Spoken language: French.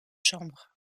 chambre